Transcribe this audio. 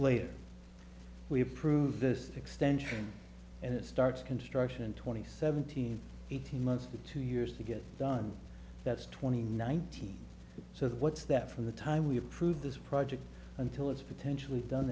later we approved this extension and it starts construction twenty seventeen eighteen months to two years to get done that's twenty nineteen so what's that from the time we approve this project until it's potentially done